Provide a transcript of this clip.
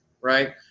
right